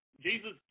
Jesus